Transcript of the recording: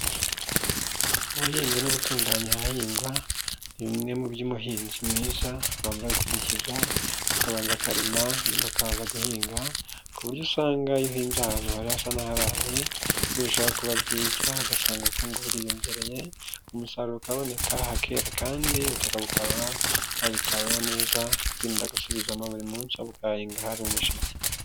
Ubuhinzi no gutunganya ahahingwa ni bimwe mu by'umuhinzi mwiza abanza gukurikiza, akabanza akarima nyuma akaza guhinga ku buryo usanga iyo uhinze ahantu hari hasa n'aharaye birushaho kuba byiza, ugasanga ubukungu buriyongereye umusaruro ukaboneka ahakera kandi ubutaka bukaba bwaritaweho neza, wirinda gusubizamo buri munsi ahubwo uka hahinga hari umushike.